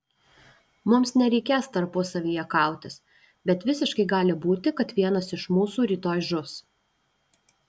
mums nereikės tarpusavyje kautis bet visiškai gali būti kad vienas iš mūsų rytoj žus